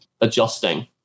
adjusting